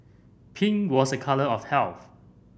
pink was a colour of health